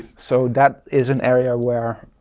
so that is an area where,